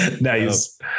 Nice